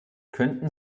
könnten